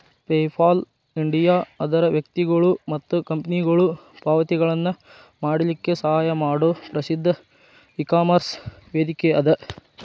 PayPal India ಅದರ್ ವ್ಯಕ್ತಿಗೊಳು ಮತ್ತ ಕಂಪನಿಗೊಳು ಪಾವತಿಗಳನ್ನ ಮಾಡಲಿಕ್ಕೆ ಸಹಾಯ ಮಾಡೊ ಪ್ರಸಿದ್ಧ ಇಕಾಮರ್ಸ್ ವೇದಿಕೆಅದ